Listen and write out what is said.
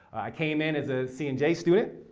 i came in as a cnj student,